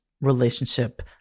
relationship